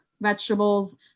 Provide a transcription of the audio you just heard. vegetables